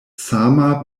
sama